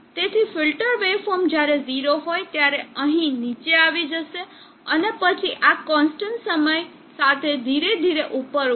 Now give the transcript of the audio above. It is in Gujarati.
તેથી ફિલ્ટર વેવ ફોર્મ જ્યારે 0 હોય ત્યારે અહીં નીચે આવી જશે અને પછી આ કોન્સ્ટન્ટ સમય સાથે ધીરે ધીરે ઉપર ઉઠશે